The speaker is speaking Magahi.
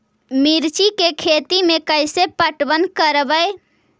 मिर्ची के खेति में कैसे पटवन करवय?